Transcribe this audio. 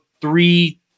three